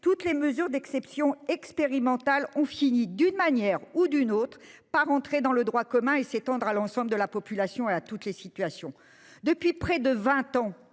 toutes les mesures d'exception expérimentales ont fini, d'une manière ou d'une autre, par entrer dans le droit commun et par s'étendre à l'ensemble de la population et à toutes les situations. Depuis près de vingt ans,